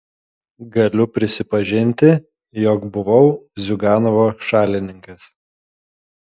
galiu prisipažinti jog buvau ziuganovo šalininkas